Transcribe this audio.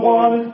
one